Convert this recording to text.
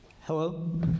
Hello